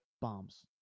bombs